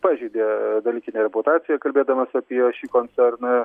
pažeidė dalykinę reputaciją kalbėdamas apie šį koncerną